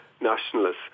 nationalists